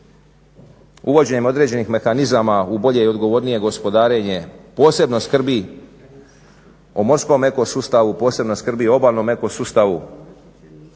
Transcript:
uvođenjem određenih mehanizama u bolje i odgovornije gospodarenje, posebno skrbi o morskom ekosustavu, posebno skrbi o obalnom ekosustavu,